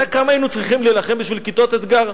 כמה היינו צריכים להילחם בשביל כיתות אתג"ר.